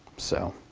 so,